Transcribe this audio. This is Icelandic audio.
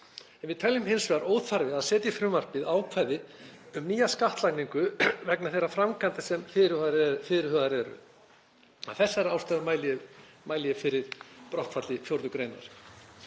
en við teljum hins vegar óþarfa að setja í frumvarpið ákvæði um nýja skattlagningu vegna þeirra framkvæmda sem fyrirhugaðar eru. Af þessari ástæðu mæli ég fyrir brottfalli. 4. gr.